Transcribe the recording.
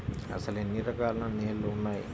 అసలు ఎన్ని రకాల నేలలు వున్నాయి?